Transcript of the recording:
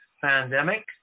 pandemic